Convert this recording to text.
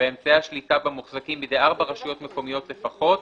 ואמצעי השליטה בה מוחזקים בידי ארבע רשויות מקומיות לפחות,